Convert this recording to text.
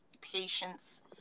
patience